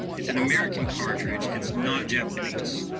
it's an american cartridge, it's not japanese.